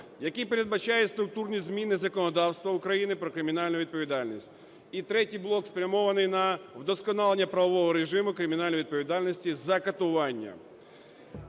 який передбачає структурні зміни законодавства України про кримінальну відповідальність. І третій блок спрямований на вдосконалення правового режиму кримінальної відповідальності за катування.